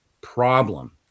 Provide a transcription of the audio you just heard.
problem